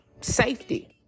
Safety